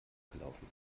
gelaufen